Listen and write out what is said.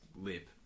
lip